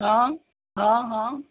हाँ हाँ हाँ